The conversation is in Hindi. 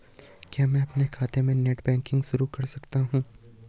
क्या मैं अपने खाते में नेट बैंकिंग शुरू कर सकता हूँ?